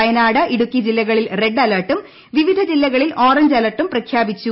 വയനാട് ഇടുക്കി ജില്ലകളിൽ റെഡ് അലേർട്ടും വിവിധ ജില്ലകളിൽ ഓറഞ്ച് അലർട്ടും പ്രഖ്യാപിച്ചു